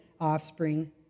offspring